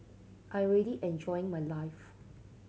I'm ready enjoying my life